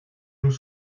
nous